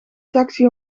taxi